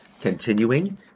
Continuing